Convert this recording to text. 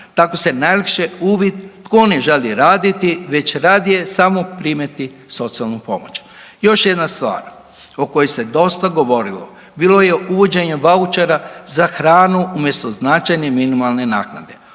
tako se najlakše uvid tko ne želi raditi već radije samo primati socijalnu pomoć. Još jedna stvar o kojoj se dosta govorilo bilo je uvođenje vaučera za hranu umjesto značajne minimalne naknade.